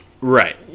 right